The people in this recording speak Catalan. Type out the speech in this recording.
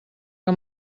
que